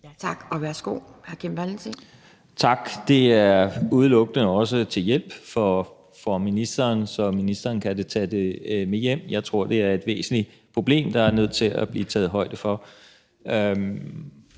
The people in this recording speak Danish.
Valentin. Kl. 11:34 Kim Valentin (V): Tak. Det er også udelukkende til hjælp for ministeren, så ministeren kan tage det med hjem. Jeg tror, det er et væsentligt problem, som det er nødvendigt at tage højde for.